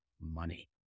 money